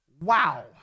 Wow